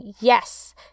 Yes